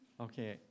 Okay